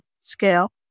scale